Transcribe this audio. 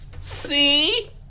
See